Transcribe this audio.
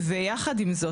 ויחד עם זאת,